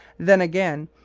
then, again,